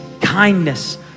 kindness